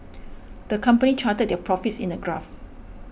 the company charted their profits in a graph